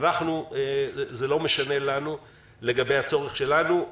זה לא משנה את הצורך שלנו להמליץ.